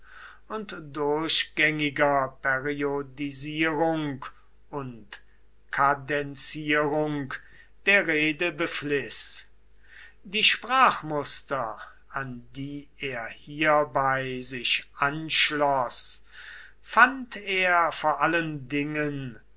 und durchgängiger periodisierung und kadenzierung der rede befliß die sprachmuster an die er hierbei sich anschloß fand er vor allen dingen